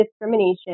discrimination